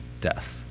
death